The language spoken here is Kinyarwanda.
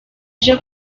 ije